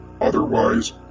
otherwise